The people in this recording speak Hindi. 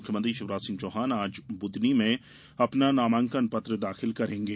मुख्यमंत्री शिवराज सिंह चौहान आज ब्धनी में अपना नामांकन पत्र दाखिल करेंगे